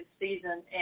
season